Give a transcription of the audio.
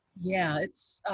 yeah, it's